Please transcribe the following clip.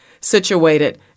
situated